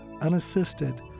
unassisted